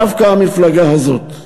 דווקא המפלגה הזאת,